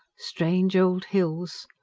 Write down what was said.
strange old hills!